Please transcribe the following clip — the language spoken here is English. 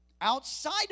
Outside